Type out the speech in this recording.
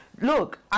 look